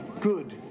Good